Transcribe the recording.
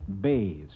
bays